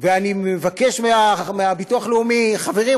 ואני מבקש מהביטוח הלאומי: חברים,